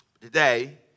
Today